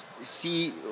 see